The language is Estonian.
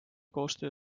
koostöö